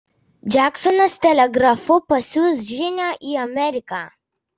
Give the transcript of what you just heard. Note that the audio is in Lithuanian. džeksonas telegrafu pasiųs žinią į ameriką